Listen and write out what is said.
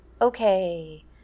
okay